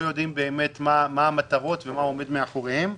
יודעים באמת מה המטרות ומה עומד מאחוריהן.